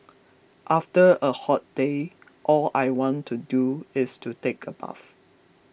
after a hot day all I want to do is to take a bath